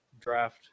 draft